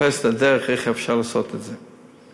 ולחפש את הדרך איך אפשר לעשות את זה.